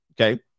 okay